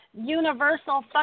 Universal